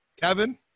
Kevin